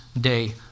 day